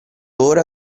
ora